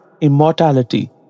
immortality